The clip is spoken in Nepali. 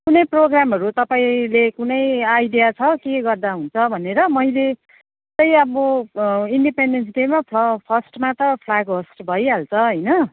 कुनै प्रोग्रामहरू तपाईँले कुनै आइडिया छ के गर्दा हुन्छ भनेर मैले त्यही अब इन्डिपेन्डेन्स डेमा फ फर्स्टमा त फ्ल्याग होस्ट भइहाल्छ होइन